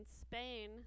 Spain